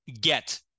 get